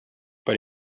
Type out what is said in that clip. but